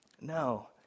No